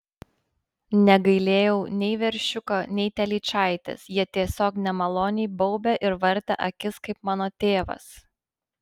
negailėjau nei veršiuko nei telyčaitės jie tiesiog nemaloniai baubė ir vartė akis kaip mano tėvas